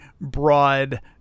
broad